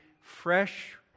fresh